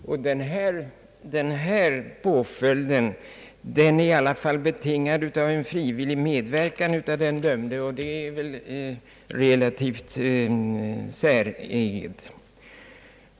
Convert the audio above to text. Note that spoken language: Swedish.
Här ifrågavarande påföljd är i alla fall betingad av en frivillig medverkan av den dömde, och det är väl relativt säreget.